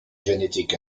genetic